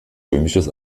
römisches